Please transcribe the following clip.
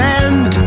end